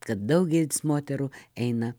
kad daugelis moterų eina